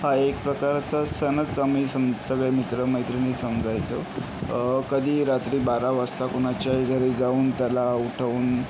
हा एक प्रकारचा सणच आम्ही सम सगळे मित्र मैत्रिणी समजायचो कधी रात्री बारा वाजता कुणाच्याही घरी जाऊन त्याला उठवून